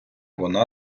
вона